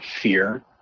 fear